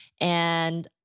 And-